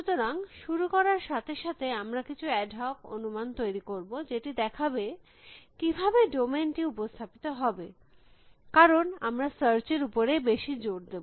সুতরাং শুরু করার সাথে সাথে আমরা কিছু অ্যাডহক অনুমান তৈরী করব যেটি দেখাবে কিভাবে ডোমেইন টি উপস্থাপিত হবে কারণ আমরা সার্চ এর উপরেই বেশী জোর দেব